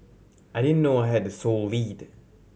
I didn't know I had the sole lead